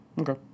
Okay